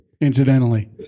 incidentally